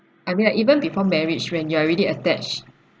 I mean like even before marriage when you're already attached